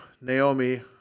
naomi